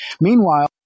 Meanwhile